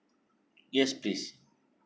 yes please